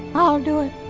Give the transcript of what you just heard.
i'll do it